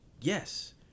Yes